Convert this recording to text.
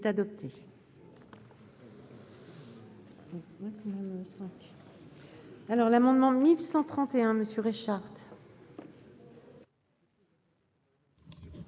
adopté